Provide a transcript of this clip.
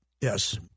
Yes